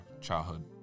childhood